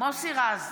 מוסי רז,